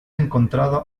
encontrado